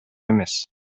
эмес